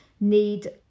need